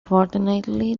fortunately